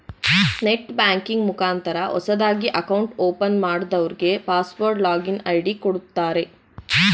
net banking ಮುಖಾಂತರ ಹೊಸದಾಗಿ account open ಮಾಡದವ್ರಗೆ ಪಾಸ್ವರ್ಡ್ ಲಾಗಿನ್ ಐ.ಡಿ ಕೊಡುತ್ತಾರೆ